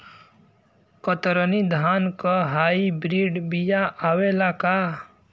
कतरनी धान क hybrid बिया आवेला का?